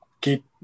keep